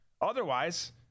Otherwise